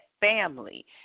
family